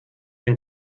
den